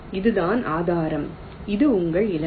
இதுதான் ஆதாரம் இது உங்கள் இலக்கு